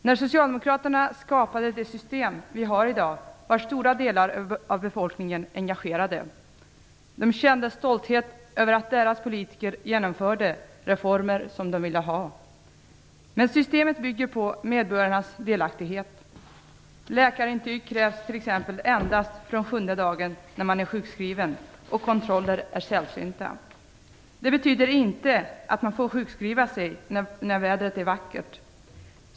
När socialdemokraterna skapade det system som vi i dag har var stora delar av befolkningen engagerade. De kände stolthet över att deras politiker genomförde de reformer som man ville ha. Men systemet bygger på medborgarnas delaktighet. Det krävs t.ex. läkarintyg endast fr.o.m. den sjunde dagen, när man är sjukskriven. Och kontroller är sällsynta. Det betyder inte att man får sjukskriva sig när vädret är vackert.